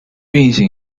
运行